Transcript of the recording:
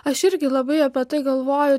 aš irgi labai apie tai galvoju